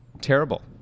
terrible